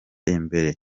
imbere